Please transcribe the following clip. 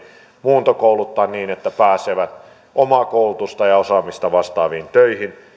muuntokouluttaa niin että he pääsevät omaa koulutustaan ja osaamistaan vastaaviin töihin